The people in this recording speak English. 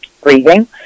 breathing